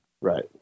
right